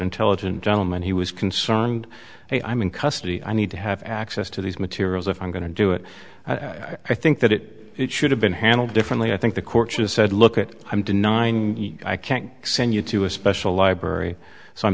intelligent gentleman he was concerned hey i'm in custody i need to have access to these materials if i'm going to do it i think that it should have been handled differently i think the court has said look at it i'm denying i can't send you to a special library so i'm